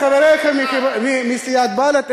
וחבריך מסיעת בל"ד,